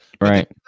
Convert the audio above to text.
right